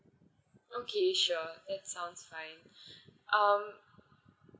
okay sure that's sounds fine um